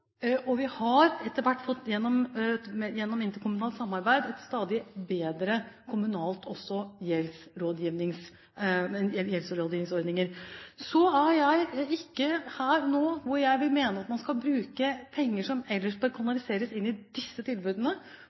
og vi har etter hvert, gjennom interkommunalt samarbeid, fått stadig bedre gjeldsrådgivningsordninger. Så jeg mener ikke at man nå skal bruke penger – som ellers bør kanaliseres inn i disse tilbudene